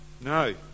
no